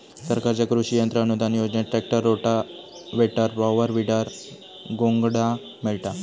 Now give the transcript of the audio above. सरकारच्या कृषि यंत्र अनुदान योजनेत ट्रॅक्टर, रोटावेटर, पॉवर, वीडर, घोंगडा मिळता